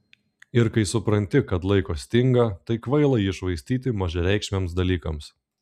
ir kai supranti kad laiko stinga tai kvaila jį švaistyti mažareikšmiams dalykams